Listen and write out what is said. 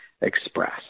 express